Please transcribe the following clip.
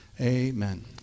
Amen